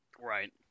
Right